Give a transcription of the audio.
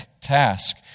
task